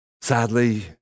Sadly